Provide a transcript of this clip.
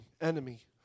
enemy